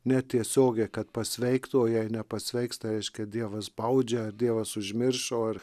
netiesiogiai kad pasveiktų o jei nepasveiksta reiškia dievas baudžia dievas užmiršo ar